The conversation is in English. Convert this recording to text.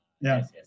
yes